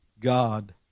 God